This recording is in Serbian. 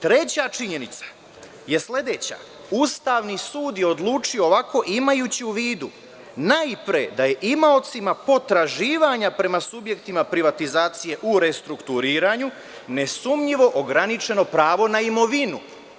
Treća činjenica je sledeća – Ustavni sud je odlučio ovako imajući u vidu najpre da je imaocima potraživanja prema subjektima privatizacije u restrukturiranju nesumnjivo ograničeno pravo na imovinu.